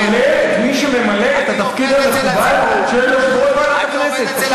כולל את מי שממלא את התפקיד המכובד של יושב-ראש ועדת הכנסת.